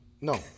No